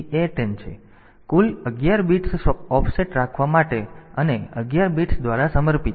તેથી કુલ 11 bits offset રાખવા માટે અને 11 બિટ્સ દ્વારા સમર્પિત છે